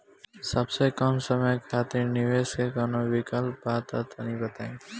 सबसे कम समय खातिर निवेश के कौनो विकल्प बा त तनि बताई?